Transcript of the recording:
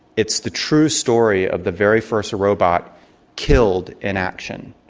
it's the true story of the very first robot killed in action.